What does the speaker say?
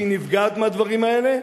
כשהיא נפגעת מהדברים האלה,